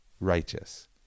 righteous